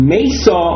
Mesa